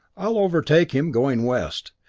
i'll overtake him going west.